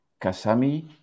Kasami